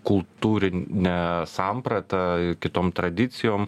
kultūrine samprata kitom tradicijom